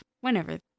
Whenever